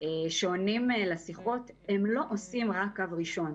שעונים לשיחות לא עושים רק קו ראשון.